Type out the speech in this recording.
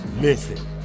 Listen